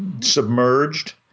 submerged